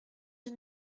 ils